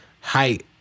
height